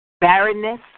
Barrenness